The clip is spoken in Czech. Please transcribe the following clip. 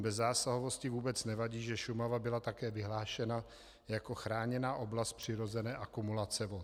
Ideologům bezzásahovosti vůbec nevadí, že Šumava byla také vyhlášena jako chráněná oblast přirozené akumulace vod.